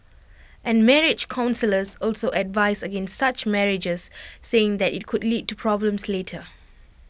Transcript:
and marriage counsellors also advise against such marriages saying that IT could lead to problems later